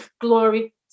glory